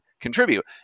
contribute